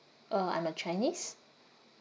uh I'm a chinese